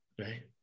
right